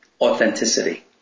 authenticity